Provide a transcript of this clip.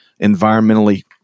environmentally